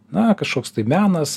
na kažkoks tai menas